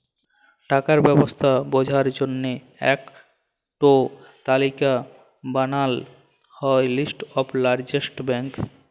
টাকার ব্যবস্থা বঝার জল্য ইক টো তালিকা বানাল হ্যয় লিস্ট অফ লার্জেস্ট ব্যাঙ্ক